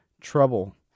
trouble